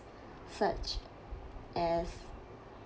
such as